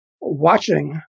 watching